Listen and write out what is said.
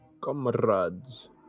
Comrades